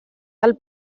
del